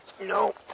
No